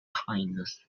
kindness